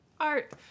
art